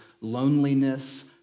loneliness